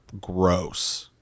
gross